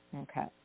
Okay